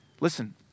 listen